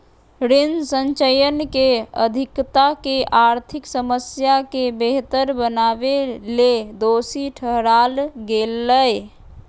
ऋण संचयन के अधिकता के आर्थिक समस्या के बेहतर बनावेले दोषी ठहराल गेलय